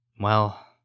Well